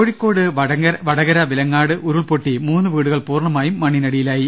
കോഴിക്കോട് വടകര വിലങ്ങാട് ഉരുൾപൊട്ടി മൂന്നുവീടുകൾ പൂർണ്ണമായും മണ്ണിനടിയി ലായി